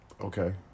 Okay